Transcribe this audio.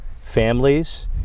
families